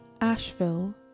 Asheville